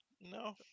No